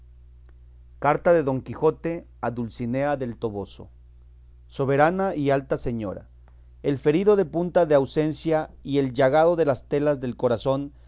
carta de don quijote a dulcinea del toboso soberana y alta señora el ferido de punta de ausencia y el llagado de las telas del corazón